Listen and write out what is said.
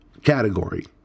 category